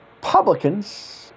publicans